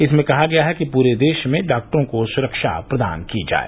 इसमें कहा गया है कि पूरे देश में डाक्टरों को सुरक्षा प्रदान की जाए